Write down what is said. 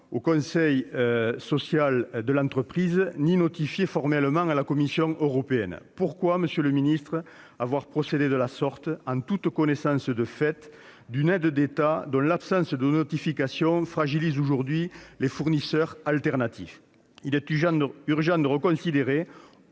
au Conseil supérieur de l'énergie (CSE) ni notifié formellement à la Commission européenne. Pourquoi, monsieur le ministre, avoir procédé de la sorte, en toute connaissance d'une aide d'État dont l'absence de notification fragilise aujourd'hui les fournisseurs alternatifs ? Il est urgent de reconsidérer,